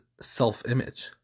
self-image